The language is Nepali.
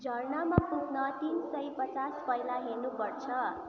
झरनामा पुग्न तिन सय पचास पाइला हिँड्नुपर्छ